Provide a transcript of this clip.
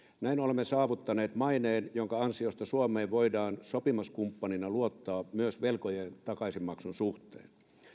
näin olemme saavuttaneet maineen jonka ansiosta suomeen voidaan sopimuskumppanina luottaa myös velkojen takaisinmaksun suhteen